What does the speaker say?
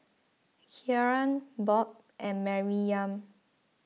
Kieran Bob and Maryam